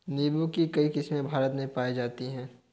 नीम्बू की कई किस्मे भारत में पाई जाती है